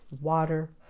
Water